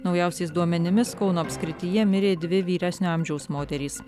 naujausiais duomenimis kauno apskrityje mirė dvi vyresnio amžiaus moterys